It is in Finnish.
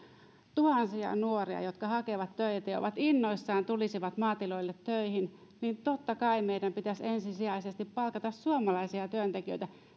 tuhansia nuoria jotka hakevat töitä ja innoissaan tulisivat maatiloille töihin niin totta kai meidän pitäisi ensisijaisesti palkata suomalaisia työntekijöitä